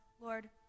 Lord